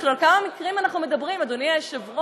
על כמה מקרים אנחנו מדברים, אדוני היושב-ראש?